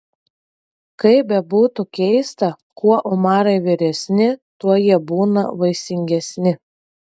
kaip bebūtų keista kuo omarai vyresni tuo jie būna vaisingesni